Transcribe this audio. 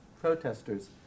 protesters